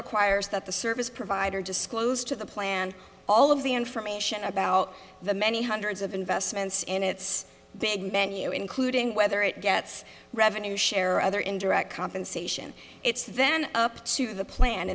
requires that the service provider disclose to the plan all of the information about the many hundreds of investments in its big menu including whether it gets revenue share or other indirect compensation it's then up to the plan